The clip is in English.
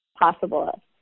possible